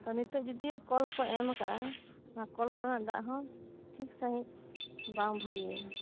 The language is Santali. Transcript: ᱛᱚ ᱱᱤᱛᱚᱜ ᱡᱚᱫᱤᱣᱚ ᱠᱚᱞᱠᱚ ᱮᱢ ᱠᱟᱫᱟ ᱚᱱᱟ ᱠᱚᱞ ᱠᱚᱨᱮᱱᱟᱜ ᱫᱟᱜ ᱦᱚᱸ ᱴᱷᱤᱠ ᱥᱟᱺᱦᱤᱡ ᱵᱟᱝ ᱵᱷᱟᱹᱜᱤᱭᱟ